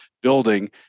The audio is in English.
building